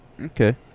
Okay